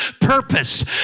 purpose